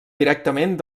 directament